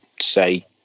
say